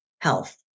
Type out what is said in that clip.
health